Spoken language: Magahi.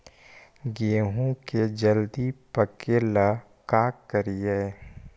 गेहूं के जल्दी पके ल का करियै?